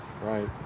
Right